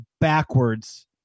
backwards